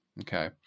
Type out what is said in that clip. Okay